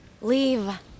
Leave